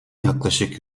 yaklaşık